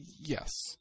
Yes